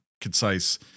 concise